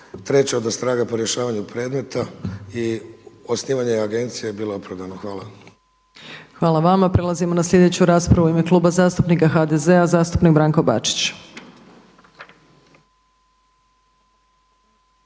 treća odostraga po rješavanju predmeta i osnivanje Agencije je bilo opravdano. Hvala. **Opačić, Milanka (SDP)** Hvala vama. Prelazimo na sljedeću raspravu. U ime Kluba zastupnika HDZ-a zastupnik Branko Bačić.